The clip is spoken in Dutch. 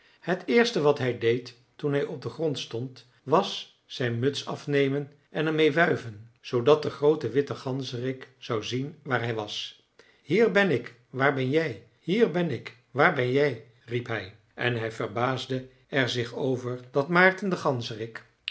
het eerste wat hij deed toen hij op den grond stond was zijn muts afnemen en er meê wuiven zoodat de groote witte ganzerik zou zien waar hij was hier ben ik waar ben jij hier ben ik waar ben jij riep hij en hij verbaasde er zich over dat maarten de